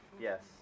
yes